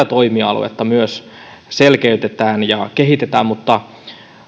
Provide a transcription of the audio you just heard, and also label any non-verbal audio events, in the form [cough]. [unintelligible] toimialuetta selkeytetään ja kehitetään mutta